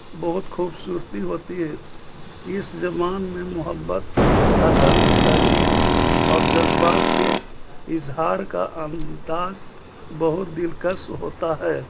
بہت خوبصورتی ہوتی ہے اس زبان میں محبت ادب تہذیب اور جذبات کے اظہار کا انداز بہت دلکش ہوتا ہے